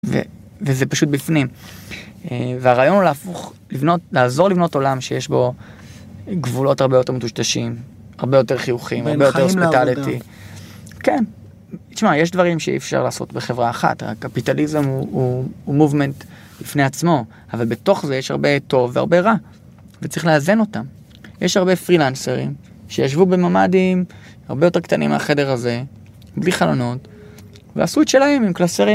וזה פשוט בפנים, והרעיון הוא להפוך, לעזור לבנות עולם שיש בו גבולות הרבה יותר מטושטשים, הרבה יותר חיוכים, הרבה יותר hospitality. כן, תשמע, יש דברים שאי אפשר לעשות בחברה אחת, הקפיטליזם הוא תנועה בפני עצמו, אבל בתוך זה יש הרבה טוב והרבה רע, וצריך לאזן אותם. יש הרבה פרילנסרים שישבו בממדים הרבה יותר קטנים מהחדר הזה, בלי חלונות, ועשו את שלהם עם קלסרים.